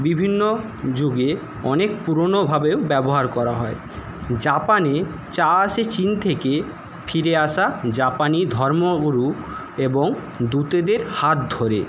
বিভিন্ন যুগে অনেক পুরনোভাবেও ব্যবহার করা হয় জাপানে চা আসে চীন থেকে ফিরে আসা জাপানি ধর্মগুরু এবং দূতেদের হাত ধরে